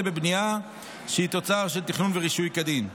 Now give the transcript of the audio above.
בבנייה שהיא תוצאה של תכנון ורישוי כדין.